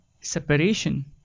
separation